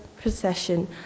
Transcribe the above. procession